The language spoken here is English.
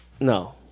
No